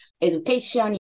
education